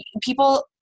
people